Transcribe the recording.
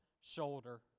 shoulder